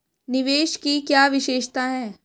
निवेश की क्या विशेषता है?